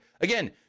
Again